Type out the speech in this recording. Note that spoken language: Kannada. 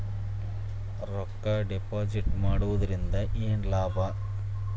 ರೊಕ್ಕ ಡಿಪಾಸಿಟ್ ಮಾಡುವುದರಿಂದ ಏನ್ ಲಾಭ?